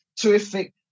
terrific